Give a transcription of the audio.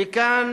וכאן